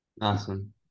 Awesome